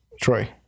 Troy